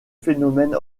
phénomène